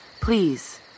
Please